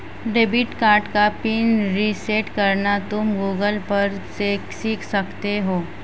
debit card का PIN reset करना तुम गूगल पर से सीख सकते हो